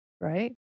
right